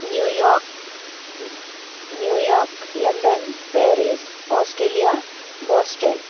New York New York London Paris Australia Boston